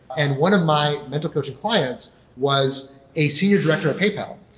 and one of my mental coaching clients was a senior director of paypal,